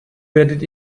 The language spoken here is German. werdet